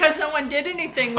because no one did anything